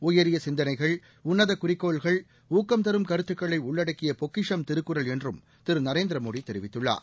உயரிய சிந்தனைகள் உள்ளத சுகுறிக்கோள்கள் ஊக்கம் தரும் கருத்துக்களை உள்ளடக்கிய பொக்கிஷம் திருக்குறள் என்றும் திரு நரேந்திரமோடி தெரிவித்துள்ளார்